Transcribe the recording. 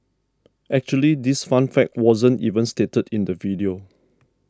actually this fun fact wasn't even stated in the video